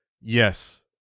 Yes